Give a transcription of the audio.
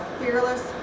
fearless